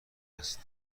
است